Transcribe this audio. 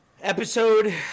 Episode